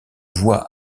voie